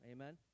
Amen